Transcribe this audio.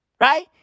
right